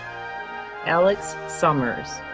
alex summers.